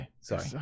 Sorry